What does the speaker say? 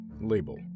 Label